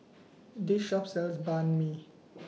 This Shop sells Banh MI